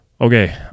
Okay